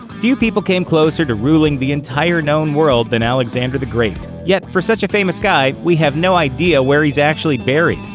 few people came closer to ruling the entire known world than alexander the great. yet, for such a famous guy, we have no idea where he's actually buried.